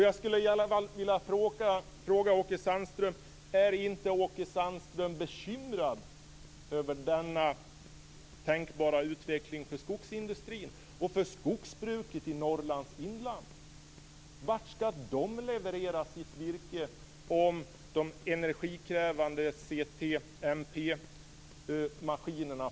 Jag skulle vilja fråga: Är inte Åke Sandström bekymrad över denna tänkbara utveckling för skogsindustrin och för skogsbruket i Norrlands inland? Vart skall man därifrån leverera sitt virke, om man måste sluta använda de energikrävande CTMP-maskinerna?